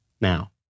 now